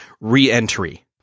re-entry